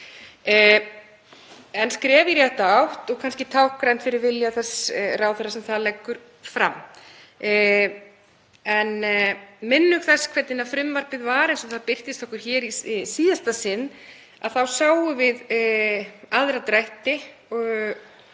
en skref í rétta átt og kannski táknrænt fyrir vilja þess ráðherra sem það leggur fram. En minnug þess hvernig frumvarpið var eins og það birtist okkur hér í síðasta sinn þá sáum við aðra drætti